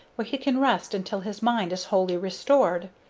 where he can rest until his mind is wholly restored.